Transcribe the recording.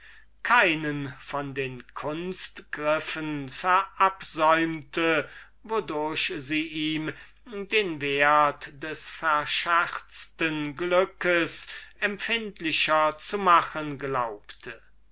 keinen von den kunstgriffen verabsäumte wodurch sie den wert des von ihm verscherzten glückes empfindlicher zu machen glaubte